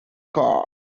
car